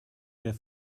der